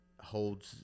holds